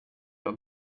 och